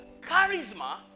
charisma